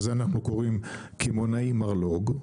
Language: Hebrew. שלזה אנחנו קוראים קמעונאים מרלו"ג,